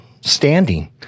standing